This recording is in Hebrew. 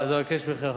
אני מבקש מכם,